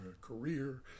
career